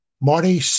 Marty